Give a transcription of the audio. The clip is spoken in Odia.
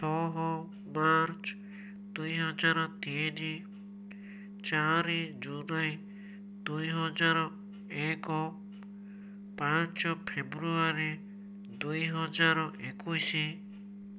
ଛଅ ମାର୍ଚ୍ଚ ଦୁଇହଜାର ତିନି ଚାରି ଜୁଲାଇ ଦୁଇହଜାର ଏକ ପାଞ୍ଚ ଫେବୃଆରୀ ଦୁଇହଜାର ଏକୋଇଶି